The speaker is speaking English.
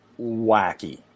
wacky